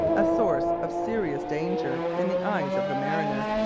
a source of serious danger in the eyes of the mariner.